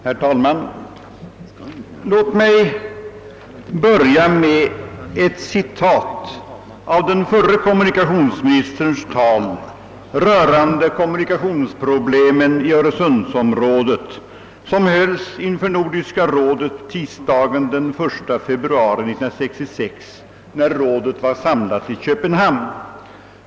Herr talman! Låt mig börja med ett citat av den förre kommunikationsministerns tal rörande kommunikationsproblemen i öresundsområdet. Talet hölls inför nordiska rådet tisdagen den 1 februari 1966, när rådet var samlat i Köpenhamn.